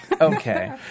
Okay